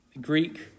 Greek